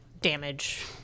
damage